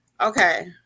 Okay